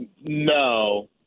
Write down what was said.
No